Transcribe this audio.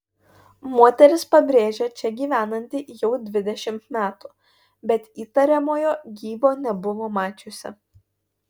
moteris pabrėžia čia gyvenanti jau dvidešimt metų bet įtariamojo gyvo nebuvo mačiusi